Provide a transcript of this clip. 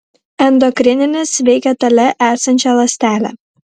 endokrininis veikia toli esančią ląstelę